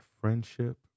friendship